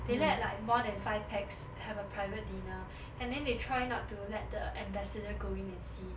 they let like more than five pax have a private dinner and then they try not to let the ambassador go in and see